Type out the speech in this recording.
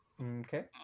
Okay